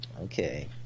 Okay